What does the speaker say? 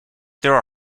there